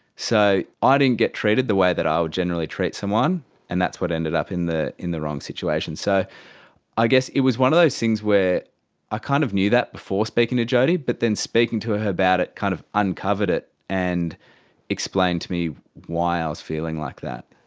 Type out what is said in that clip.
so i ah didn't get treated the way that i would generally treat someone and that's what ended up in the in the wrong situation. so i guess it was one of those things where i ah kind of knew that before speaking to jodie, but then speaking to her about it kind of uncovered it and explained to me why i was feeling like that.